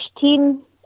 team